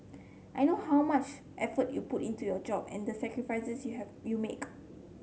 I know how much effort you put into your job and the sacrifices you have you make